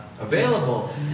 available